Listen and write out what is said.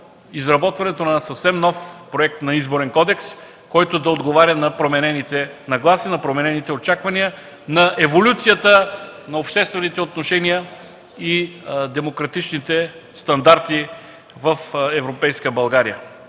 изработването на съвсем нов Проект на Изборен кодекс, който да отговаря на променените нагласи, на променените очаквания, на еволюцията на обществените отношения и демократичните стандарти в европейска България.